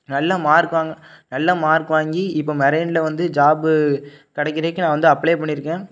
நல்ல மார்க் வாங்க நல்ல மார்க் வாங்கி இப்போ மெரெய்னில் வந்து ஜாப்பு கிடைக்கறதுக்கு நான் அப்ளே பண்ணியிருக்கேன்